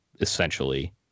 essentially